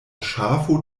ŝafo